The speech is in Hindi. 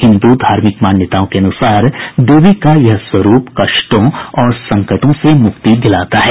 हिन्दू धार्मिक मान्यताओं के अनुसार देवी का यह स्वरूप कष्टों और संकटों से मुक्ति दिलाता है